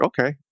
okay